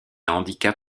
handicap